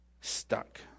stuck